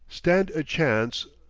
stand a chance,